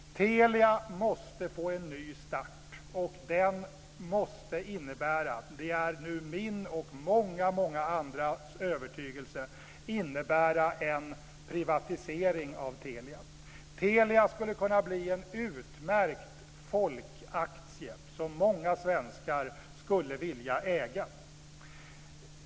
Telia måste få en ny start, och den måste innebära - det är nu min och många andras övertygelse - en privatisering av Telia. Telia skulle kunna bli en utmärkt folkaktie, som många svenskar skulle vilja äga.